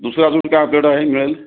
दुसरं अजून काय आपल्याकडे आहे मिळेल